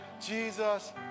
Jesus